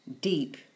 deep